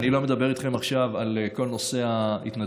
אני לא מדבר איתכם עכשיו על כל נושא ההתנדבות,